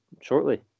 shortly